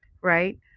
right